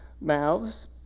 mouths